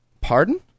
Pardon